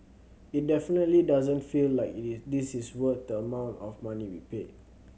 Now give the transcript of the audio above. it definitely doesn't feel like it is this is worth the amount of money we paid